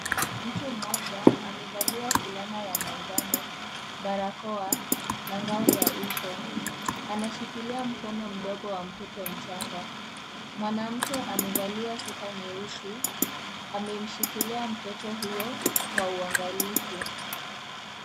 Mtu mmoja amevalia fulana ya manjano, barakoa, na ngao ya uso. Anashikilia mkono mdogo wa mtoto mchanga. Mwanamke amevalia sweta nyeusi. Amemshikilia mtoto huyo, kwa uangalifu.